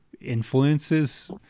influences